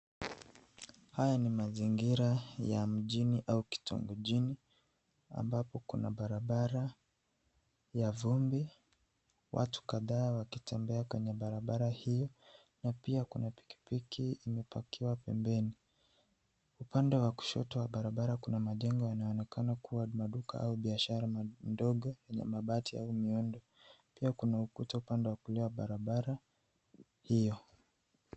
Haya ni mazingira ya mjini au kitungojini ambapo kuna barabara ya vumbi. Watu kadhaa wakitembea kwenye barabara hii na pia kuna pikipiki ime pakiwa pembeni. Upande wa kushoto wa barabara kuna majengo yanaonekana kuwa maduka au biashara ndogo la mabati au miundo pia kuna ukuta upande wa barabara hiyo.